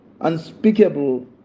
unspeakable